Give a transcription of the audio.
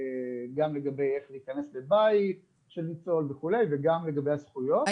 גם לגבי איך להיכנס לבית של ניצול וכו' וגם לגבי הזכויות.